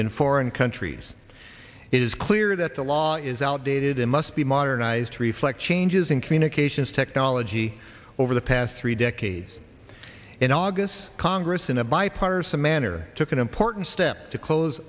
in foreign countries it is clear that the law is outdated and must be modernized to reflect changes in communications technology over the past three decades in august congress in a bipartisan manner took an important step to close